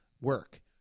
work